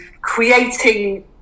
creating